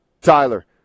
Tyler